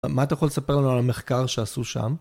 מה אתה יכול לספר לנו על המחקר שעשו שם?